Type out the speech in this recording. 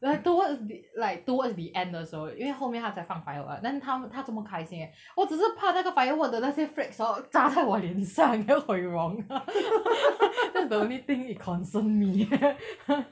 like towards the like towards the end 的时候因为后面他才放 firework then 他他这么开心 eh 我只是怕那个 firework 的那些 flakes hor 炸在我脸上 then 我脸熔 that's the only thing it concern me